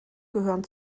gehören